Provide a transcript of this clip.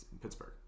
Pittsburgh